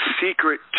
secret